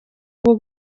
bwo